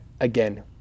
again